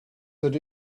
that